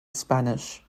spanish